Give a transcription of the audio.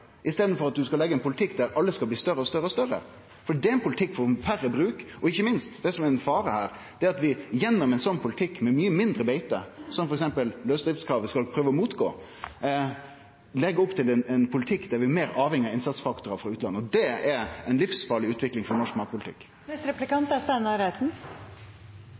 i staden for ein politikk der alle skal bli større og større, for det er ein politikk for færre bruk. Det som ikkje minst er ein fare, er at vi gjennom ein slik politikk, med mykje mindre beite – som f.eks. lausdriftskravet skal prøve å gå imot – legg opp til ein politikk der vi er meir avhengige av innsatsfaktorar frå utlandet, og det er ei livsfarleg utvikling for norsk